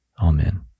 Amen